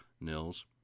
Nils